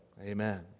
Amen